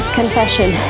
confession